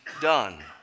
done